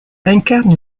incarne